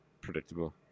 predictable